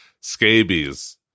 Scabies